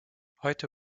heute